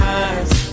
eyes